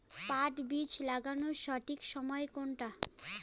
পাট বীজ লাগানোর সঠিক সময় কোনটা?